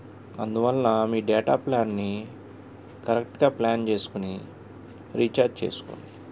అందువలన మీ డేటా ప్లాన్ని కరెక్ట్గా ప్లాన్ చేసుకుని రీఛార్జ్ చేసుకోండి